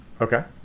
Okay